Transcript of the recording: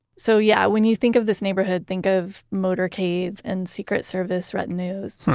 so yeah, when you think of this neighborhood, think of motorcades and secret service retinues.